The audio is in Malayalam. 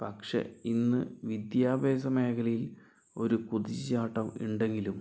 പക്ഷെ ഇന്ന് വിദ്യാഭ്യാസ മേഖലയിൽ ഒരു കുതിച്ച് ചാട്ടം ഉണ്ടെങ്കിലും